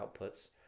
outputs